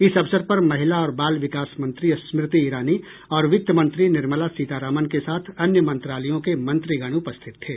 इस अवसर पर महिला और बाल विकास मंत्री स्मृति ईरानी और वित्तमंत्री निर्मला सीतारामन के साथ अन्य मंत्रालयों के मंत्रीगण उपस्थित थे